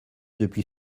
depuis